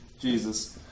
Jesus